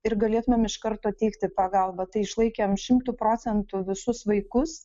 ir galėtumėm iš karto teikti pagalbą tai išlaikėm šimtu procentų visus vaikus